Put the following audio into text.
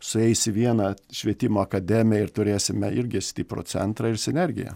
sueis į vieną švietimo akademiją ir turėsime irgi stiprų centrą ir sinergiją